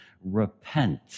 Repent